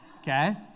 Okay